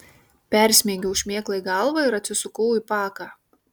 persmeigiau šmėklai galvą ir atsisukau į paką